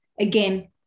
again